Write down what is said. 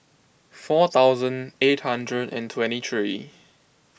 four thousand eight hundred and twenty three